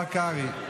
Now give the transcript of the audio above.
השר קרעי.